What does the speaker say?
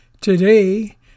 Today